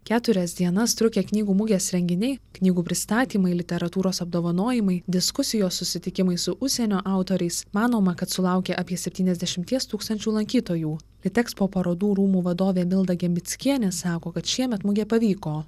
keturias dienas trukę knygų mugės renginiai knygų pristatymai literatūros apdovanojimai diskusijos susitikimai su užsienio autoriais manoma kad sulaukė apie septyniasdešimt tūkstančių lankytojų litekspo parodų rūmų vadovė milda gembickienė sako kad šiemet mugė pavyko